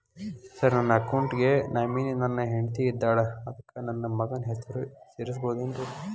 Sir ನನ್ನ account ಗೆ nominee ನನ್ನ ಹೆಂಡ್ತಿ ಇದ್ದಾಳ ಅದಕ್ಕ ನನ್ನ ಮಗನ ಹೆಸರು ಸೇರಸಬಹುದೇನ್ರಿ?